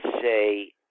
say